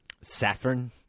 Saffron